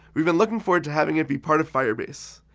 we've been looking forward to having it be part of firebase.